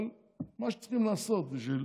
אבל מה שצריכים לעשות בשביל